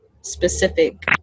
specific